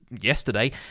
yesterday